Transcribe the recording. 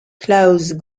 klaus